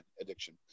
addiction